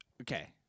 Okay